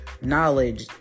knowledge